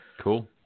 Cool